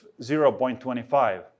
0.25